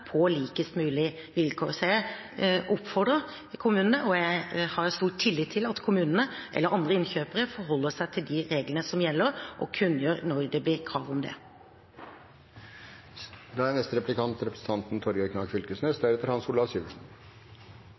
på likest mulig vilkår. Så jeg oppfordrer til – og jeg har stor tillit til – at kommunene eller andre innkjøpere forholder seg til de reglene som gjelder, og kunngjør når det blir krav om